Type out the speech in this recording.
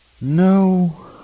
no